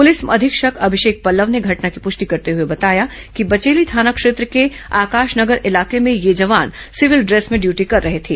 police अधीक्षक अभिषेक पल्लव ने घटना की पूष्टि करते हुए बताया कि बचेली थाना क्षेत्र के आकाश नगर इलाके में ये जवान सिविल डेस में डयटी कर रहे थे